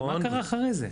מה קרה אחרי זה?